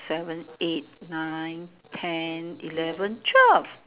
seven eight nine ten eleven twelve